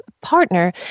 partner